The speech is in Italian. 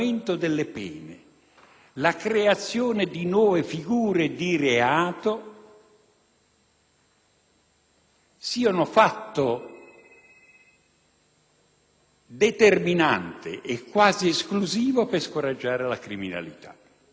siano fatti determinanti e quasi esclusivi per scoraggiare la criminalità. E allora non si rimane solo sorpresi, ma